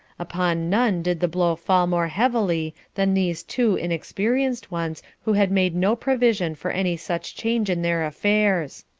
upon none did the blow fall more heavily than these two inexperienced ones who had made no provision for any such change in their affairs.